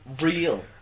real